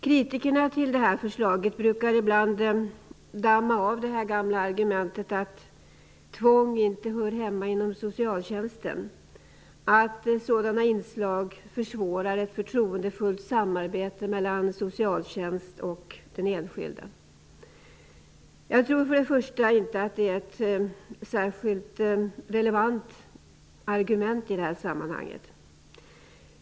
Kritikerna till förslaget brukar ibland damma av det gamla argumentet att tvång inte hör hemma inom socialtjänsten och att sådana inslag försvårar ett förtroendefullt samarbete mellan socialtjänst och den enskilde. För det första tror jag inte att det är ett särskilt relevant argument i sammanhanget.